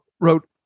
wrote